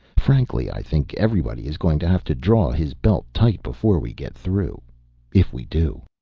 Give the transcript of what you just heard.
frankly, i think everybody is going to have to draw his belt tight before we get through if we do.